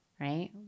right